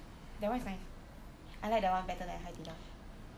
ya that [one] is nice I like that [one] better than 海底捞